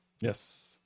Yes